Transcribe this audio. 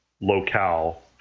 locale